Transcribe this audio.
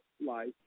life